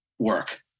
work